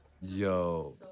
Yo